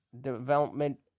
development